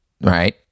Right